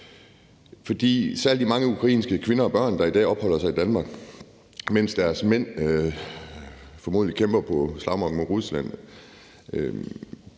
For særlig de mange ukrainske kvinder og børn, der i dag opholder sig i Danmark, mens deres mænd formodentlig kæmper på slagmarken mod Rusland,